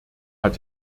hat